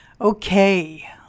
Okay